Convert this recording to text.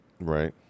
Right